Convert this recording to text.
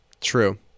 True